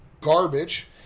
garbage